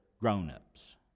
grown-ups